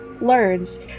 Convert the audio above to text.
learns